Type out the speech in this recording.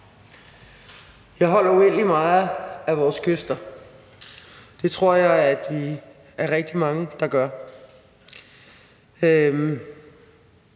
Jeg holder uendelig meget af vores kyster, og det tror jeg vi er rigtig mange der gør. Med